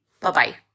Bye-bye